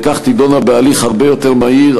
וכך תידונה בהליך הרבה יותר מהיר,